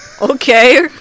okay